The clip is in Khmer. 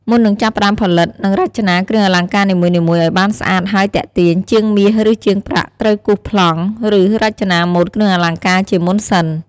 មុននឹងចាប់ផ្ដើមផលិត និងរចនាគ្រឿងអលង្ការនីមួយៗអោយបានស្អាតហើយទាក់ទាញ ជាងមាស ឬជាងប្រាក់ត្រូវគូសប្លង់ ឬរចនាម៉ូដគ្រឿងអលង្ការជាមុនសិន។